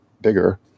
bigger